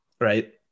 right